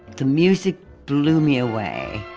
the music blew me away